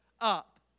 up